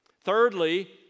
Thirdly